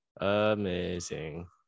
amazing